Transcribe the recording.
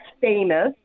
famous